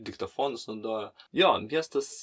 diktofonus naudojo jo gestas